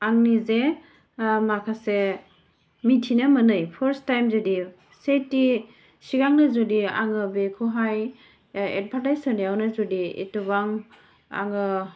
आंनि जे माखासे मिथिनो मोनै फोर्स्ट टाइम जुदि सेथि सिगांनो जुदि आङो बेखौहाय एदभार्टाइस होनायावनो जुदि एथ'बां आङो